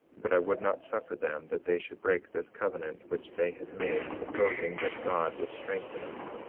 but i would not suffer them that they should break this covenant which they had made, supposing that god would strengthen us,